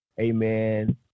amen